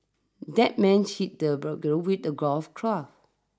that man hit the burglar with a golf club